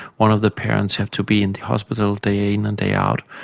one of the parents have to be in the hospital day in and day out,